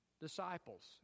disciples